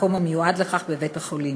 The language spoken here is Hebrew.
במקום המיועד לכך בבית-החולים.